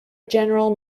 general